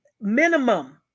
minimum